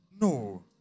no